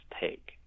take